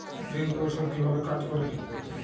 ঋণ পরিশোধ কিভাবে কাজ করে?